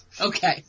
Okay